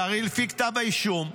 שהרי לפי כתב האישום,